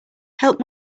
help